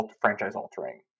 franchise-altering